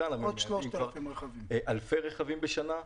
אלפי רכבים בשנה.